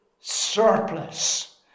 surplus